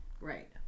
Right